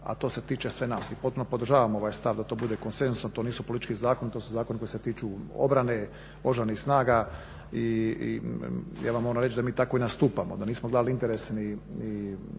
i to se tiče svih nas. I potpuno podržavam ovaj stav da to bude konsenzusom. To nisu politički zakoni to su zakoni koji se tiču obrane, Oružanih snaga i ja vam moram reći da mi tako i nastupamo, da nismo gledali interes